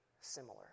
similar